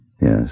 Yes